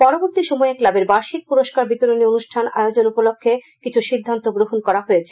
পরবর্তী সময়ে ক্লাবের বার্ষিক পুরস্কার বিতরণী অনুষ্ঠান আয়োজন উপলক্ষে কিছু সিদ্ধান্ত গ্রহণ করা হয়েছে